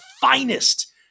finest